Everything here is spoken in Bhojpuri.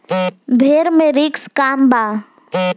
भेड़ मे रिस्क कम बा